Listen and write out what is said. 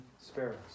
sparrows